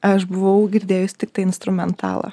aš buvau girdėjus tiktai instrumentalą